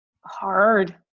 hard